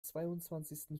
zweiundzwanzigsten